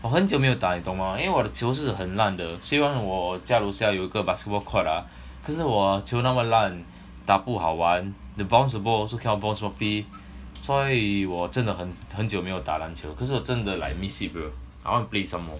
我很久没有打你懂 mah 因为我的球是很烂的虽然我家楼下有一个 basketball court ah 可是我就那么烂打不好玩 the bounce the ball also cannot bounce properly 所以我真的很很久没有打篮球可是我真的 like miss it bro I want play some more